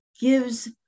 gives